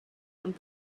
ond